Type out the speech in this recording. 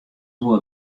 woe